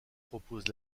propose